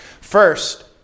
First